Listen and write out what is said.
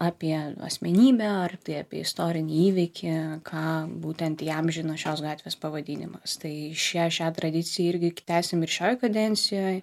apie asmenybę ar tai apie istorinį įvykį ką būtent įamžino šios gatvės pavadinimas tai šią šią tradiciją irgi tęsim ir šioj kadencijoj